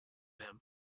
him